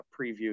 preview